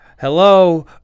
hello